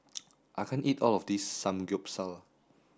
I can't eat all of this Samgyeopsal